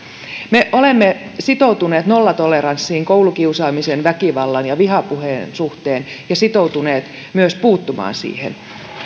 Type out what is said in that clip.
me olemme sitoutuneet nollatoleranssiin koulukiusaamisen väkivallan ja vihapuheen suhteen ja sitoutuneet myös puuttumaan niihin